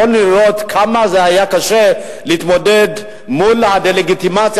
יכולנו לראות כמה היה קשה להתמודד מול הדה-לגיטימציה